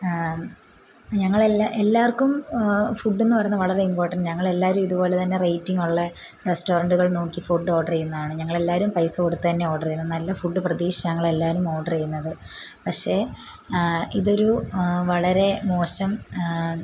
ഞങ്ങളെല്ലാ എല്ലാവർക്കും ഫുഡ്ന്ന് പറയുന്നത് വളരെ ഇമ്പോർട്ടൻറ്റ് ഞങ്ങളെല്ലാവരും ഇതുപോലെ തന്നെ റേയ്റ്റിങ്ങുള്ള റെസ്റ്റോറൻറ്റുകൾ നോക്കി ഫുഡ് ഓർഡർ ചെയ്യുന്നതാണ് ഞങ്ങളെല്ലാവരും പൈസ കൊടുത്തന്നെ ഓർഡർ ചെയ്യുന്നത് നല്ല ഫുഡ് പ്രതീക്ഷിച്ചാണ് ഞങ്ങളെല്ലാവരും ഓർഡർ ചെയ്യുന്നത് പക്ഷേ ഇതൊരു വളരെ മോശം